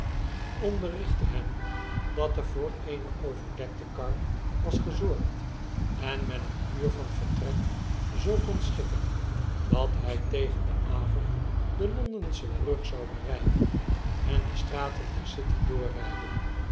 onderrichtte hem dat er voor eene overdekte kar was gezorgd en men het uur van vertrek zoo kon schikken dat hij tegen den avond de londensche brug zou bereiken en de straten der city doorrijden